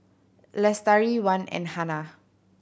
Lestari Wan and Hana